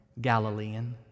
Galilean